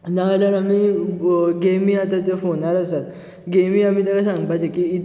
ना जाल्यार आमी गेमी आतां त्यो फॉनार आसात गेमी आमी तांका सांगपाचे की